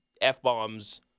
F-bombs